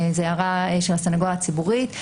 זאת הערה של הסניגוריה הציבורית,